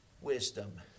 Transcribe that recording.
wisdom